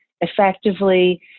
effectively